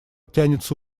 тянется